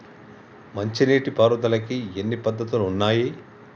మంచి నీటి పారుదలకి ఎన్ని పద్దతులు ఉన్నాయి?